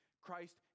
Christ